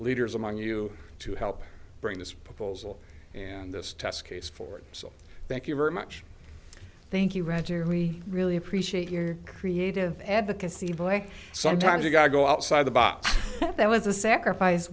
leaders among you to help bring this proposal and this test case forward so thank you very much thank you gradually really appreciate your creative advocacy boy sometimes you gotta go outside the box there was a sacrifice